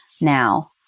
now